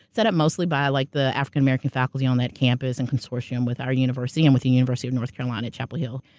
set up mostly by like the african-american faculty on that campus in consortium with our university and with the university of north carolina, chapel hill.